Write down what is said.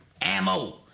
ammo